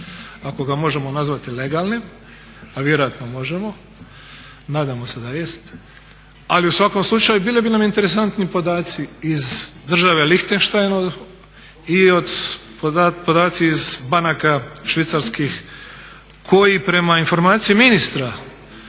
ako ga možemo nazvati legalnim a vjerojatno možemo. Nadamo se da jest. Ali u svakom slučaju bilo bi nam interesantni podaci iz države Lihtenštajn i podaci iz banaka švicarskih koji prema informaciji ministra